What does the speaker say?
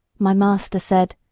my master said,